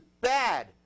bad